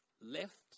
left